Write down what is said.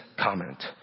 comment